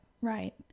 Right